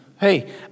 Hey